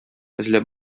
эзләп